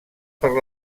per